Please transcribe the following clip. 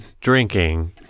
drinking